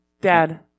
dad